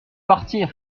partir